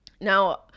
Now